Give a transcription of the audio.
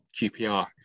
QPR